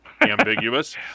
ambiguous